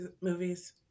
movies